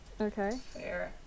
Okay